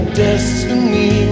destiny